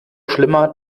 schlimmer